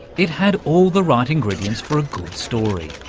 it had all the right ingredients for a good story.